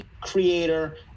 creator